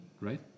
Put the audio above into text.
right